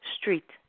Street